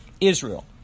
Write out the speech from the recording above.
Israel